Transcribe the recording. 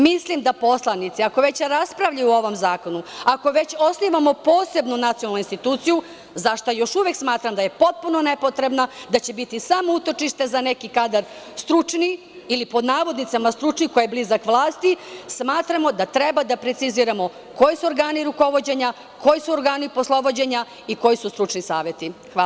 Mislim da poslanici, ako već raspravljaju o ovom zakonu, ako već osnivamo posebnu nacionalnu instituciju, za šta još uvek smatram da je potpuno nepotrebna, da će biti samo utočište za neki stručni kadar ili pod navodnicima stručni, koji je blizak vlasti, smatramo da treba da preciziramo koji su organi rukovođenja, koji su organi poslovođenja i koji su stručni saveti.